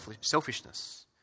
selfishness